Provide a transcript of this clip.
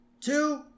two